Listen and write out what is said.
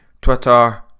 Twitter